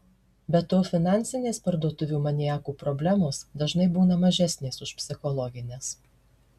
be to finansinės parduotuvių maniakų problemos dažnai būna mažesnės už psichologines